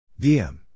VM